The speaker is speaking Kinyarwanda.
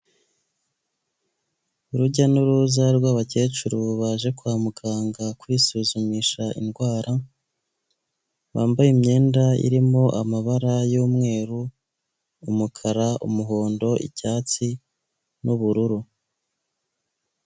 Urujya n'uruza rw'abakecuru baje kwa muganga kwisuzumisha indwara, bambaye imyenda irimo amabara y'umweru, umukara, umuhondo, icyatsi n'ubururu.